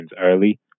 early